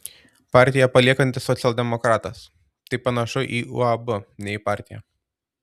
partiją paliekantis socialdemokratas tai panašu į uab ne į partiją